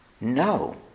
No